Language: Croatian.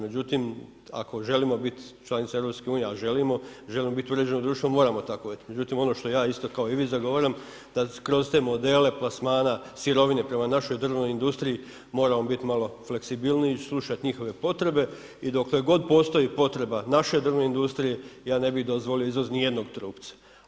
Međutim ako želimo biti članica EU-a, a želimo, želimo biti uređeno, moramo tako uvjetovati, međutim ono što ja isto kao i vi zagovaram, da kroz te modele plasmana sirovine prema našoj drvnoj industriji moramo biti malo fleksibilniji, slušati njihove potrebe i dokle god postoji potreba naše drvne industrije, ja ne bi dozvolio izvoz nijednog trupca.